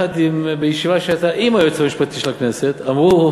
בישיבה שהייתה עם היועץ המשפטי של הכנסת, אמרו,